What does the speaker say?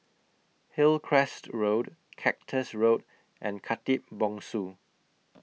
Hillcrest Road Cactus Road and Khatib Bongsu